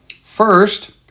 First